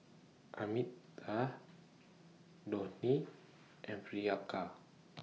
Amitabh Dhoni and Priyanka